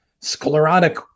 sclerotic